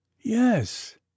Yes